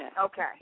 Okay